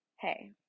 hey